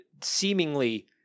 Seemingly